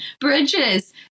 Bridges